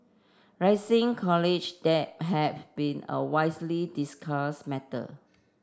rising college debt have been a widely discuss matter